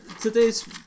today's